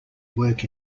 work